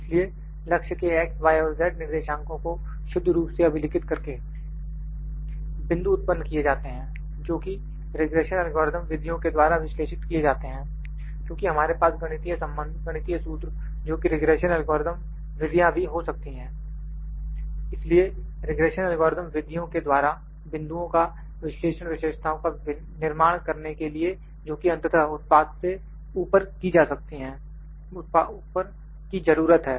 इसलिए लक्ष्य के X Y और Z निर्देशांको को शुद्ध रूप से अभिलिखित करके बिंदु उत्पन्न किए जाते हैं जोकि रिग्रेशन एल्गोरिदम विधियों के द्वारा विश्लेषित किए जाते हैं क्योंकि हमारे पास गणितीय संबंध गणितीय सूत्र जोकि रिग्रेशन एल्गोरिदम विधियां भी हो सकती हैं इसलिए रिग्रेशन एल्गोरिदम विधियों के द्वारा बिंदुओं का विश्लेषण विशेषताओं का निर्माण करने के लिए जो कि अंततः उत्पाद से ऊपर की जरूरत है